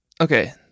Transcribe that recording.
Okay